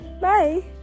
Bye